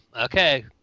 Okay